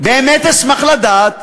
באמת אשמח לדעת,